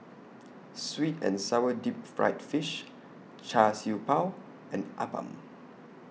Sweet and Sour Deep Fried Fish Char Siew Bao and Appam